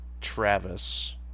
Travis